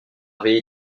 avaient